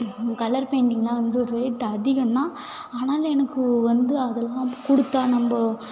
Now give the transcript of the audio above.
அந்த கலர் பெயிண்டிங்குலாம் வந்து ரேட் அதிகந்தான் ஆனாலும் எனக்கு வந்து அதல்லாம் கொடுத்தா நம்ம